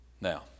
Now